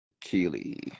Keely